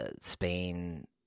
Spain